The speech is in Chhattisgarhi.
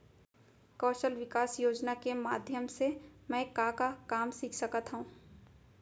कौशल विकास योजना के माधयम से मैं का का काम सीख सकत हव?